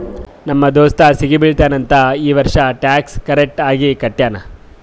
ನಮ್ ದೋಸ್ತ ಸಿಗಿ ಬೀಳ್ತಾನ್ ಅಂತ್ ಈ ವರ್ಷ ಟ್ಯಾಕ್ಸ್ ಕರೆಕ್ಟ್ ಆಗಿ ಕಟ್ಯಾನ್